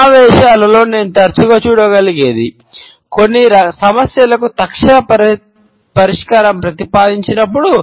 సమావేశాలలో నేను తరచుగా చూడగలిగేది కొన్ని సమస్యలకు తక్షణ పరిష్కారం ప్రతిపాదించినప్పుడు